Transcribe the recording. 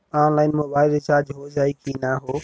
Online mobile recharge हो जाई की ना हो?